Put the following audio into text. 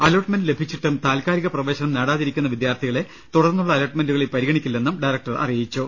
hello ട്ട്മെന്റ് ലഭിച്ചിട്ടും താൽക്കാലിക പ്രവേശനം നേടാതിരിക്കുന്ന വിദ്യാർത്ഥികളെ തുടർന്നുള്ള അലോട്ട്മെന്റുകളിൽ പരിഗണിക്കില്ലെന്നും ഡയറക്ടർ അറിയിച്ചു